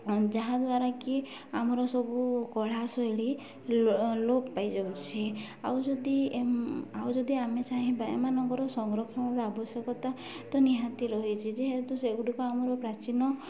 ଯାହାଦ୍ୱାରା କି ଆମର ସବୁ କଳା ଶୈଳୀ ଲୋପ ପାଇଯାଉଛି ଆଉ ଯଦି ଆଉ ଯଦି ଆମେ ଚାହିଁବା ଏମାନଙ୍କର ସଂରକ୍ଷଣର ଆବଶ୍ୟକତା ତ ନିହାତି ରହିଛି ଯେହେତୁ ସେଗୁଡ଼ିକ ଆମର ପ୍ରାଚୀନ